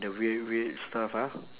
the weird weird stuff ah